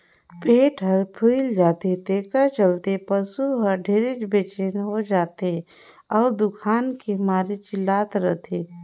पेट हर फूइल जाथे तेखर चलते पसू हर ढेरे बेचइन हो जाथे अउ दुखान के मारे चिल्लात रथे